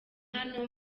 hano